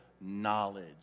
knowledge